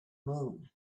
moon